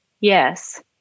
yes